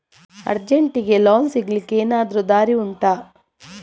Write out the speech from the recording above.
ಅರ್ಜೆಂಟ್ಗೆ ಲೋನ್ ಸಿಗ್ಲಿಕ್ಕೆ ಎನಾದರೂ ದಾರಿ ಉಂಟಾ